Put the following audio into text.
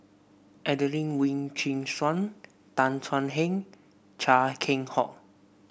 Adelene Wee Chin Suan Tan Thuan Heng Chia Keng Hock